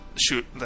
shoot